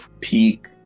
peak